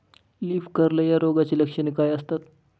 Leaf curl या रोगाची लक्षणे काय असतात?